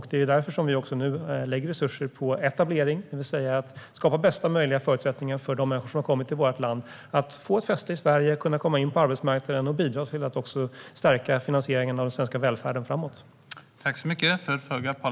Det är därför vi nu lägger resurser på etablering för att skapa bästa möjliga förutsättningar för de människor som har kommit till vårt land att få ett fäste i Sverige, komma in på arbetsmarknaden och bidra till att stärka finansieringen av den svenska välfärden inför framtiden.